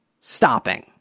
stopping